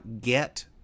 get